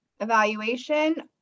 evaluation